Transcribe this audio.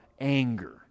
anger